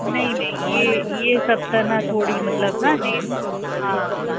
नहीं नहीं इहे इहे सभु त न थोरी मतलबु न जीअं हा